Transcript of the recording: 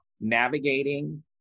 navigating